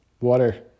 water